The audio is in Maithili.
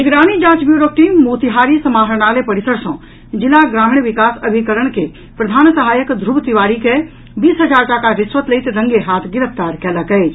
निगरानी जांच ब्यूरोक टीम मोतिहारी समाहरणालय परिसर सँ जिला ग्रामीण विकास अभिकरण के प्रधान सहायक धुव तिवारी के बीस हजार टाका रिश्वत लैत रंगेहाथ गिरफ्तार कयलक अछि